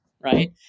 right